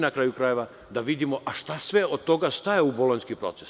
Na kraju krajeva, da vidimo šta sve od toga staje u Bolonjski proces.